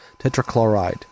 tetrachloride